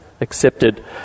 accepted